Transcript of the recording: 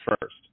first